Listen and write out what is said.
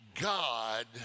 God